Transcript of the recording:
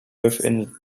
within